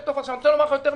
אני רוצה לומר לך יותר מזה,